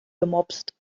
gemopst